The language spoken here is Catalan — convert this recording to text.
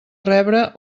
rebre